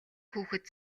хүүхэд